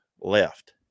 left